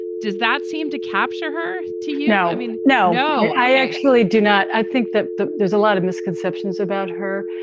does that seem to capture her to you? i mean, no, i actually do not i think that that there's a lot of misconceptions about her.